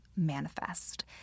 manifest